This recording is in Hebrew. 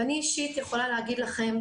ואני אישית יכולה להגיד לכם,